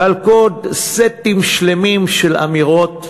ועל קוד, סטים שלמים של אמירות כמו,